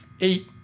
eight